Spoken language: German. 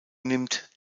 nimmt